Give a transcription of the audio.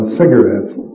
cigarettes